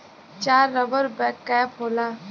चार rubber cap होला